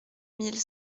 mille